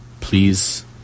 please